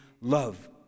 love